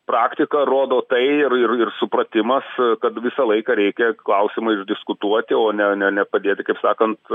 praktika rodo tai ir ir supratimas kad visą laiką reikia klausimais diskutuoti o ne ne padėti kaip sakant